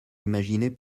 imaginer